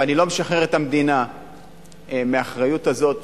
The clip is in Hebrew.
ואני לא משחרר את המדינה מהאחריות הזאת.